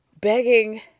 begging